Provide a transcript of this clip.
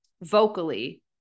vocally